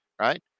Right